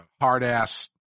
hard-ass